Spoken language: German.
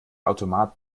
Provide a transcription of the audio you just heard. automat